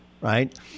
Right